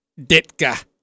Ditka